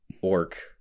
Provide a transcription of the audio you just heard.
orc